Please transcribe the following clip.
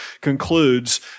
concludes